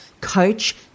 coach